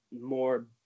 more